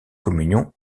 communion